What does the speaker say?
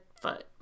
foot